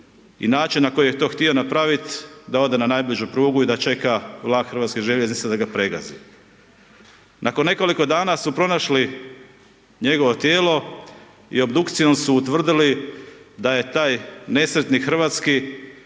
i način na koji je to htio napravit da ode na najbližu prugu i da čeka vlak HŽ-a da ga pregazi. Nakon nekoliko dana su pronašli njegovo tijelo i obdukcijom su utvrdili da je taj nesretnik hrvatski,